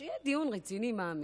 במקום שיהיה דיון רציני מעמיק,